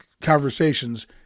conversations